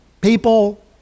people